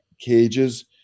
cages